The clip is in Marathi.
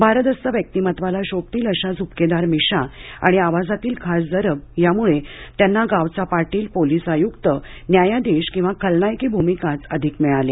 भारदस्त व्यक्तिमत्त्वाला शोभतील अशा झुपकेदार मिशा आणि आवाजातील खास जरब यामुळे त्यांना गावचा पाटील पोलीस आयुक्त न्यायाधीश किंवा खलनायकी भूमिकाच अधिक मिळाल्या